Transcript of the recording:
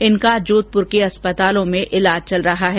इनका जोधपुर के अस्पतालों में इलाज चल रहा है